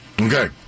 Okay